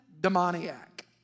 demoniac